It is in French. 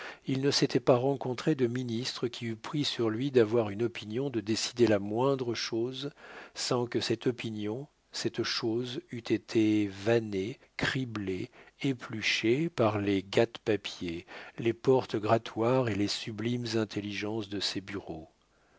il ne s'était pas rencontré de ministre qui eût pris sur lui d'avoir une opinion de décider la moindre chose sans que cette opinion cette chose eût été vannée criblée épluchée par les gâte papier les porte grattoir et les sublimes intelligences de ses bureaux